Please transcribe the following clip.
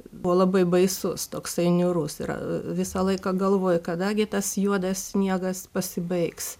buvo labai baisus toksai niūrus ir visą laiką galvoji kada gi tas juodas sniegas pasibaigs